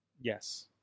Yes